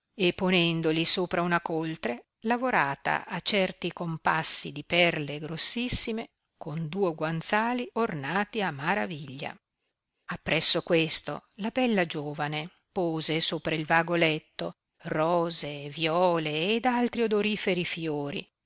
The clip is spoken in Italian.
e ponendoli sopra una coltre lavorata a certi compassi di perle grossissime con duo guanzali ornati a maraviglia appresso questo la bella giovane pose sopra il vago letto rose viole ed altri odoriferi fiori